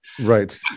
Right